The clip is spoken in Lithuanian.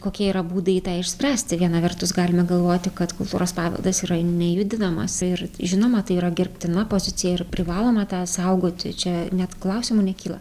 kokie yra būdai tą išspręsti viena vertus galime galvoti kad kultūros paveldas yra nejudinamas ir žinoma tai yra gerbtina pozicija ir privaloma tą saugoti čia net klausimų nekyla